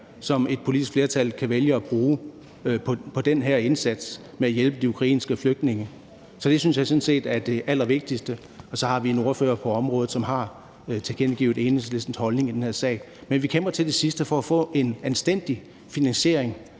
som et politisk flertal kan vælge at bruge på den her indsats med at hjælpe de ukrainske flygtninge. Så det synes jeg sådan set er det allervigtigste. Og så har vi en ordfører på området, som har tilkendegivet Enhedslistens holdning i den her sag. Men vi kæmper til det sidste for at få en anstændig finansiering